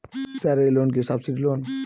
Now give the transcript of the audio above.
Sir এই loan কি subsidy loan?